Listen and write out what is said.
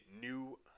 new